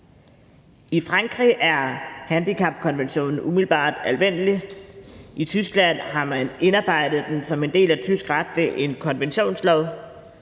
I Frankrig er handicapkonventionen umiddelbart anvendelig, i Tyskland har man indarbejdet den som en del af tysk ret ved en konventionslov.